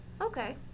okay